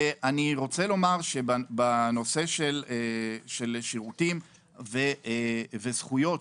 בנושא של שירותים וזכויות שהיו,